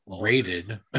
rated